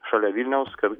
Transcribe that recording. šalia vilniaus kad